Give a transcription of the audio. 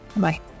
bye